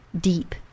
deep